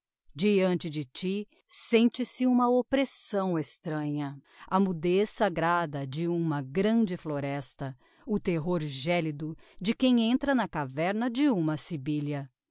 diante de ti sente-se uma oppressão estranha a mudez sagrada de uma grande floresta o terror gélido de quem entra na caverna de uma sibylla